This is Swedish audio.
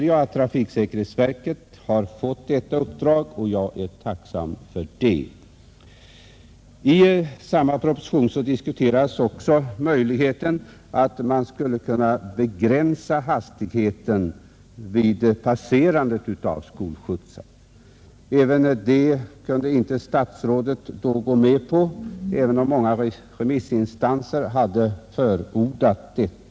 Trafiksäkerhetsverket har nu fått detta uppdrag och det är jag tacksam för. I samma proposition diskuterades också möjligheten att begränsa hastigheten vid passerandet av stillastående skolskjutsar. Inte heller detta kunde statsrådet gå med på, även om många remissinstanser hade förordat det.